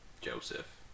Joseph